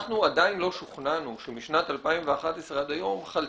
אנחנו עדין לא שוכנענו שמשנת 2011 עד היום חלה